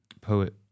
poet